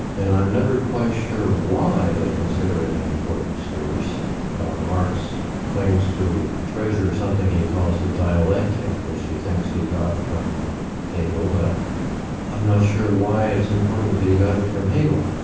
and i'm never quite sure why they consider it an important source marx claims to treasure something he calls the dialectic which he thinks he got from hegel, but i'm not sure why it's important he got it from hegel.